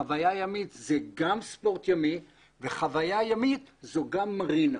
חוויה ימית זה גם ספורט ימי וחוויה ימית זו גם מרינה.